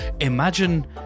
imagine